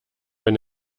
wenn